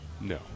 No